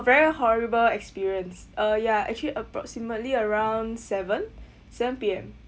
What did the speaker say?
very horrible experience uh ya actually approximately around seven seven P_M